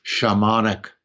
shamanic